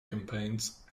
campaigns